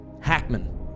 Hackman